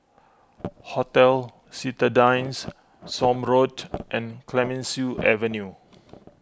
Hotel Citadines Somme Road and Clemenceau Avenue